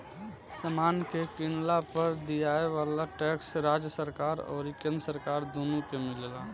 समान के किनला पर दियाये वाला टैक्स राज्य सरकार अउरी केंद्र सरकार दुनो के मिलेला